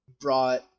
brought